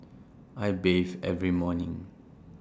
I bathe every morning